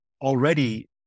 already